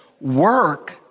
work